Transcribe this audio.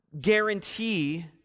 guarantee